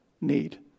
need